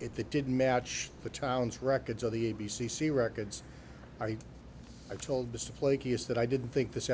if they didn't match the town's records of the a b c c records i told display case that i didn't think this